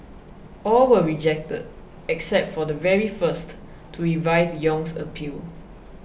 all were rejected except for the very first to revive Yong's appeal